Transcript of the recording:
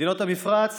מדינות המפרץ